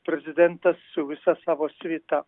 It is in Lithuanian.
prezidentas su visa savo svita